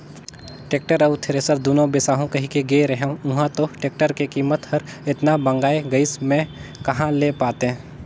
tractor अउ thresher दुनो बिसाहू कहिके गे रेहेंव उंहा तो टेक्टर के कीमत हर एतना भंगाए गइस में कहा ले पातें